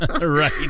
Right